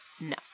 No